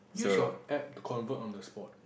use your app to convert on the spot